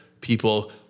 people